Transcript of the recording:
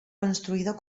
construido